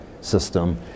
system